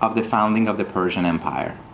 of the founding of the persian empire